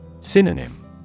Synonym